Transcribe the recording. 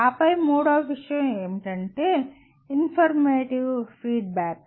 ఆపై మూడవ విషయం ఏమిటంటే ఇన్ఫర్మేటివ్ ఫీడ్బ్యాక్